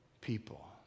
people